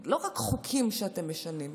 לא רק חוקים שאתם משנים,